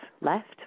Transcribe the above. left